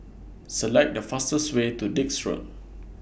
Select The fastest Way to Dix Road